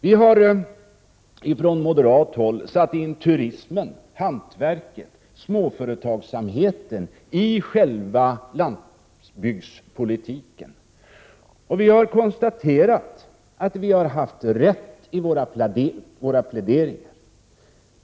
Vi har från moderat håll satt in turismen, hantverket och småföretagsamheten i själva landsbygdspolitiken, och vi har konstaterat att vi har haft rätt i våra pläderingar.